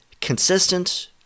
consistent